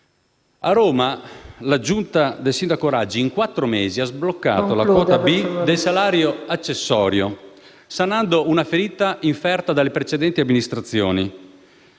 A Roma, la giunta del sindaco Raggi in quattro mesi ha sbloccato la «quota B» del salario accessorio, sanando una ferita inferta dalle precedenti amministrazioni,